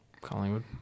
Collingwood